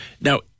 Now